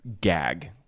gag